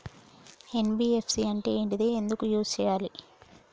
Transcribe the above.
NBFC అంటే ఏంటిది ఎందుకు యూజ్ చేయాలి?